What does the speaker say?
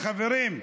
חברים,